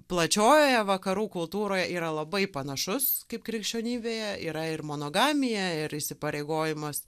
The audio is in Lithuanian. plačiojoje vakarų kultūroje yra labai panašus kaip krikščionybėje yra ir monogamija ir įsipareigojimas